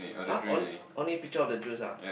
uh only picture on the juice ah